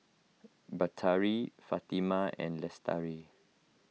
Batari Fatimah and Lestari